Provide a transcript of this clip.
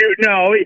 no